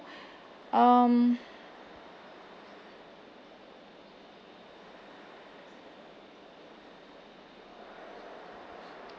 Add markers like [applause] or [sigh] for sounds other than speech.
[breath] um